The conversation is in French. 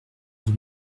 vous